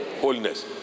holiness